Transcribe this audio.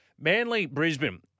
Manly-Brisbane